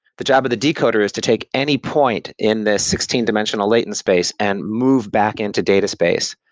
the job of the decoder is to take any point in this sixteen dimensional latent space and move back into data space,